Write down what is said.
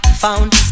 Found